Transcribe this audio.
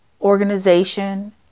organization